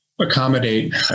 accommodate